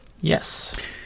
Yes